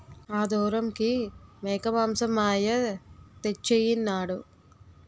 ఆదోరంకి మేకమాంసం మా అయ్య తెచ్చెయినాడు